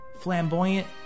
flamboyant